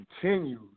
continues